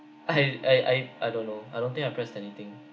I I I I don't know I don't think I pressed anything